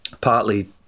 partly